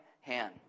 hand